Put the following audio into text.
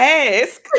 ask